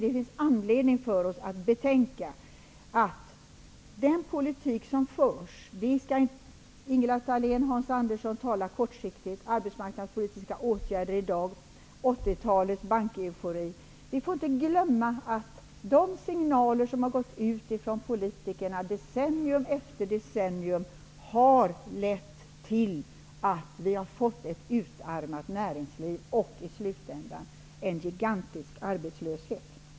Det finns anledning för oss att betänka -- Ingela Thalén och Hans Andersson talar kortsiktigt om arbetsmarknadspolitiska åtgärder i dag och om 80 talets bankeufori -- att de signaler som gått ut från politikerna decennium efter decennium har lett till ett utarmat näringsliv samt i slutänden till en gigantisk arbetslöshet.